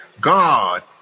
God